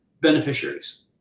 beneficiaries